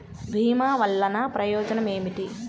భీమ వల్లన ప్రయోజనం ఏమిటి?